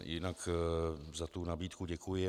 Jinak za tu nabídku děkuji.